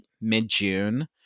mid-june